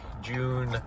June